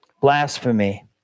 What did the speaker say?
blasphemy